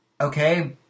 Okay